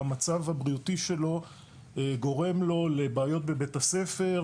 המצב הבריאותי שלו גורם לו לבעיות בבית הספר,